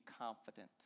confident